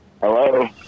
Hello